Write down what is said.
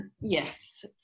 yes